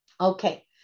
Okay